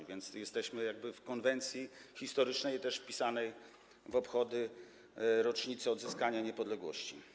A więc jesteśmy jakby w konwencji historycznej wpisanej też w obchody rocznicy odzyskania niepodległości.